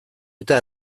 eta